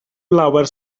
lawer